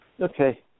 Okay